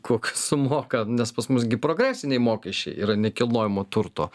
kokius sumoka nes pas mus gi progresiniai mokesčiai yra nekilnojamo turto